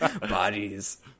Bodies